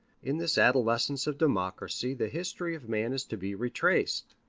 in this adolescence of democracy the history of man is to be retraced,